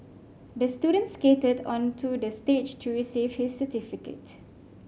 the student skated onto the stage to receive his certificate